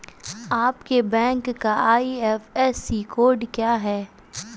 आपके बैंक का IFSC code क्या है?